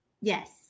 Yes